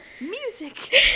music